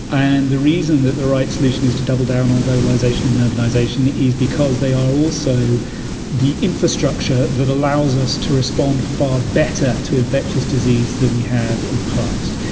and the reason that the right solution is to double down on globalization and urbanization is because they are also the infrastructure that allows us to respond far better to infectious disease than we have in the past.